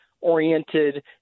oriented